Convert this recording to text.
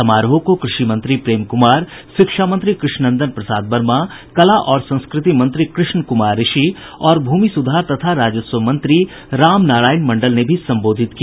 समारोह को कृषि मंत्री प्रेम कुमार शिक्षा मंत्री कृष्णनंदन प्रसाद वर्मा कला और संस्कृति मंत्री कृष्ण कुमार ऋषि और भूमि सुधार तथा राजस्व मंत्री राम नारायण मंडल ने भी संबोधित किया